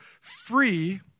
free